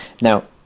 Now